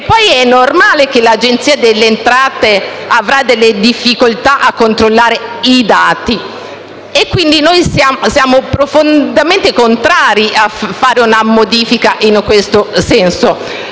e poi è normale che l'Agenzia delle entrate avrà difficoltà a controllare i dati. Noi, quindi, siamo profondamente contrari ad apportare una modifica in questo senso.